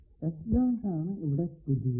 S ' ആണ് ഇവിടെ പുതിയത്